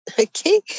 Okay